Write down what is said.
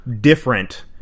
different